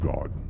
God